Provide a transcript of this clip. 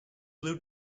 blue